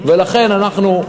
ולכן אנחנו,